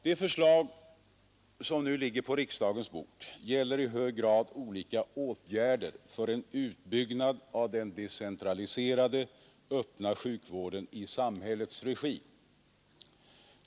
De förslag som nu ligger på riksdagens bord gäller i hög grad olika åtgärder för en utbyggnad av den decentraliserade öppna sjukvården i samhällets regi.